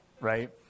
right